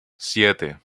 siete